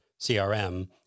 CRM